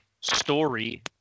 story